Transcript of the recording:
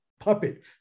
puppet